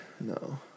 No